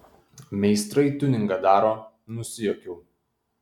meistrai tiuningą daro nusijuokiau